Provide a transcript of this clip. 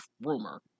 rumor